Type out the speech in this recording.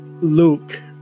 Luke